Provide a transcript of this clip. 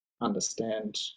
understand